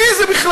מי זה בכלל?